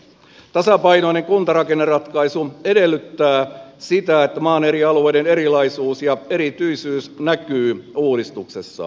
tasapainoinen kuntarakenneratkaisu edellyttää sitä että maan eri alueiden erilaisuus ja erityisyys näkyy uudistuksessa